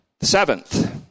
Seventh